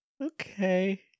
Okay